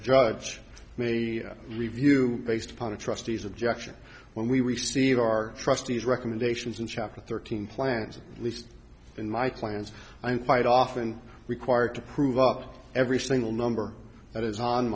judge may review based upon a trustees objection when we receive our trustees recommendations in chapter thirteen plans at least in my plans i'm quite often required to prove up every single number that is on